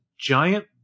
giant